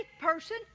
person